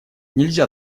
нельзя